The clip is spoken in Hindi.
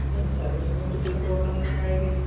नहीं सर्विस में तो कोई प्रॉब्लम नहीं आएगी